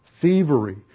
thievery